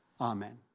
amen